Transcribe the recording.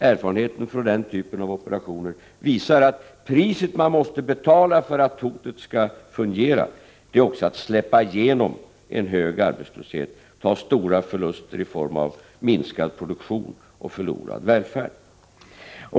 Erfarenheten från den typen av operationer visar att priset man måste betala för att hotet skall fungera också är att ”släppa igenom” en hög arbetslöshet, ta stora förluster i form av minskad produktion och förlorad välfärd.